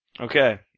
Okay